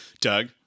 Doug